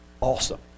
awesome